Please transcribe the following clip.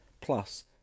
Plus